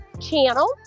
channel